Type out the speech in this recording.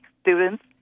students